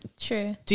true